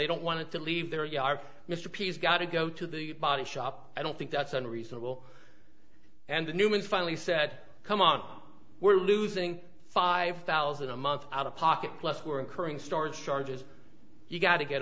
they don't want to leave their yard mr pease got to go to the body shop i don't think that's unreasonable and the newman finally said come on we're losing five thousand a month out of pocket plus were occurring storage charges you got to get